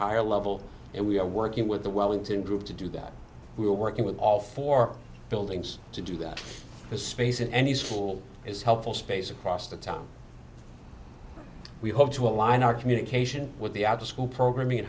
higher level and we are working with the wellington group to do that we are working with all four buildings to do that space in any school is helpful space across the time we hope to align our communication with the out of school program